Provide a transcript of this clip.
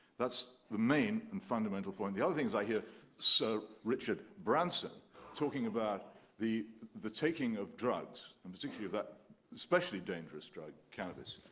that's the main and fundamental point. the other things i hear sir richard branson talking about the the taking of drugs in particular that especially dangerous drug, cannabis,